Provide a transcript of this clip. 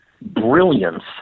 brilliance